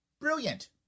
brilliant